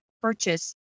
purchase